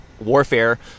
warfare